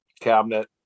cabinet